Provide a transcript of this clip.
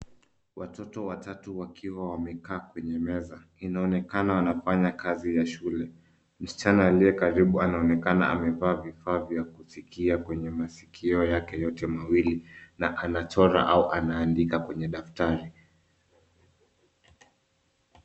Watoto watatu wakiwa wamekaa kwenye meza. Inaonekana wanafanya kazi ya shule. Msichana aliyekaribu anaonekana amevaa vifaa vya kusikia kwenye masikio yake yote mawili na anachora au anaandika kwenye daftari.